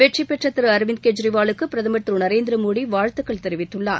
வெற்றி பெற்ற திரு அரவிந்த் கெஜ்ரிவாலுக்கு பிரதமர் திரு நரேந்திர மோதி வாழ்த்துக்கள் தெரிவித்துள்ளார்